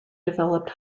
developed